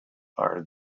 are